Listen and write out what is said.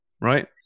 right